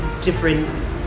different